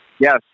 Yes